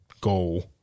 goal